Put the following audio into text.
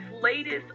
latest